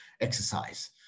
exercise